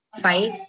fight